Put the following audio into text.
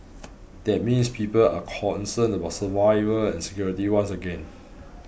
that means people are concerned about survival and security once again